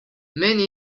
many